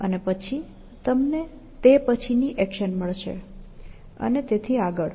અને પછી તમને તે પછીની એક્શન મળશે અને તેથી આગળ